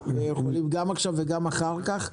יכולים לדבר גם עכשיו וגם אחר כך,